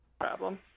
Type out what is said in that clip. problem